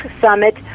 summit